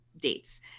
dates